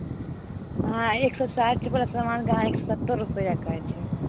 अहाँ एक सओ साठि रुपैएवला समानके अहाँ एक सओ सत्तरि रुपैआ कहै छिए